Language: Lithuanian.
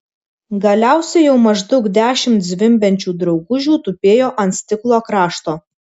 galiausiai jau maždaug dešimt zvimbiančių draugužių tupėjo ant stiklo krašto